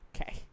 okay